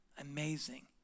amazing